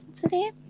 today